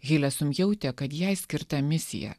hilesum jautė kad jai skirta misija